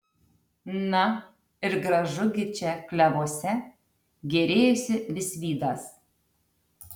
na ir gražu gi čia klevuose gėrėjosi visvydas